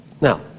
Now